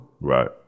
Right